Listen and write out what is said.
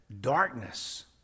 darkness